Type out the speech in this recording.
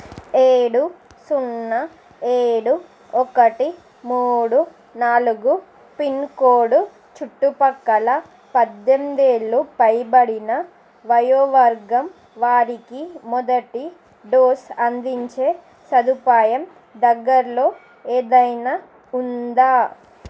ఏడు సున్నా ఏడు ఒకటి మూడు నాలుగు పిన్కోడ్ చుట్టుప్రక్కల పద్దెనిమిది ఏళ్లు పైబడిన వయోవర్గం వారికి మొదటి డోస్ అందించే సదుపాయం దగ్గరలో ఏదైనా ఉందా